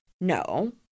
No